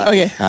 Okay